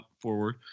forward